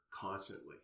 constantly